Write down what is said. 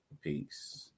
Peace